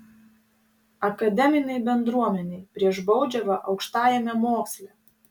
akademinė bendruomenė prieš baudžiavą aukštajame moksle